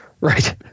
Right